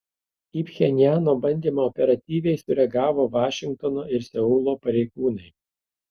į pchenjano bandymą operatyviai sureagavo vašingtono ir seulo pareigūnai